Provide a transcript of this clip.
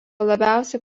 labiausiai